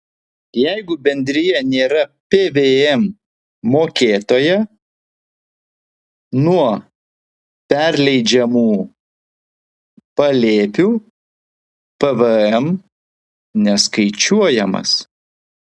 jeigu bendrija nėra pvm mokėtoja nuo perleidžiamų palėpių pvm neskaičiuojamas